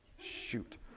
Shoot